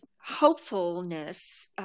hopefulness